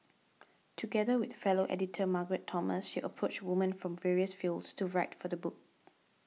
together with fellow editor Margaret Thomas she approached women from various fields to write for the book